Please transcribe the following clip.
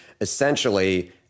essentially